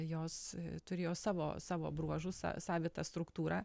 jos turėjo savo savo bruožus sa savitą struktūrą